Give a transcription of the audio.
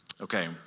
okay